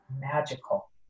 magical